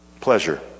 pleasure